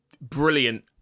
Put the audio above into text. brilliant